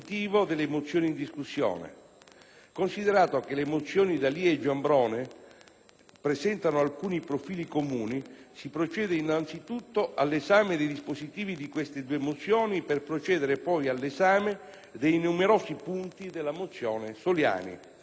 Considerato che le mozioni dei senatori D'Alia e Giambrone presentano alcuni profili comuni, procederò innanzi tutto all'esame dei dispositivi di queste, per poi procedere all'esame dei numerosi punti della mozione Soliani.